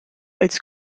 als